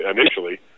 initially